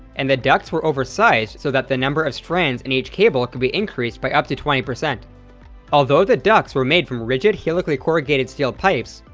and the ducts were over-sized so that the number of strands in each cable could be increased by up to twenty. although the ducts were made from rigid helically-corrugated steel pipes,